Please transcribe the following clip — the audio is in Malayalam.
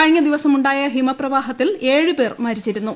കഴിഞ്ഞ ദിവസമുണ്ടായ ഹിമ പ്രവാഹത്തിൽ ഏഴ് പേർ മരിച്ചിരുന്നു